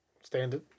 standard